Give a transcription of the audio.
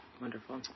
Wonderful